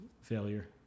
failure